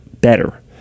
better